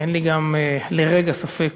אין לי גם לרגע ספק